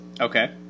Okay